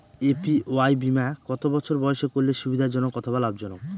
APY বীমা কত বছর বয়সে করলে সুবিধা জনক অথবা লাভজনক?